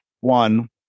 one